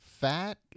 fat